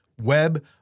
web